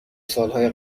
سالهای